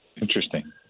Interesting